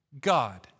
God